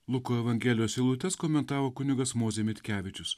luko evangelijos eilutes komentavo kunigas mozė mitkevičius